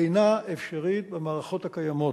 אינה אפשרית במערכות הקיימות,